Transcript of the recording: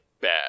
bad